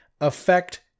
affect